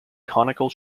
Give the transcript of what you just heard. conical